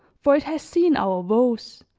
for it has seen our woes,